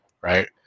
right